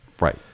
right